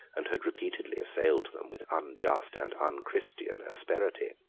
and had repeatedly assailed them with unjust and unchristian asperity.